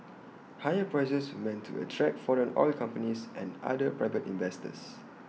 higher prices were meant to attract foreign oil companies and other private investors